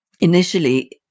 Initially